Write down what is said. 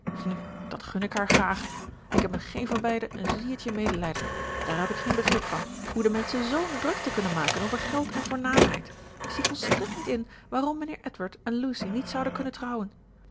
nu dat gun ik haar graag ik heb met geen van beiden een ziertje medelijden daar heb ik geen begrip van hoe de menschen zoo'n drukte kunnen maken over geld en voornaamheid ik zie volstrekt niet in waarom mijnheer edward en lucy niet zouden kunnen trouwen